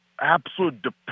absolute